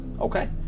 Okay